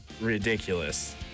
ridiculous